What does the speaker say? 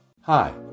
Hi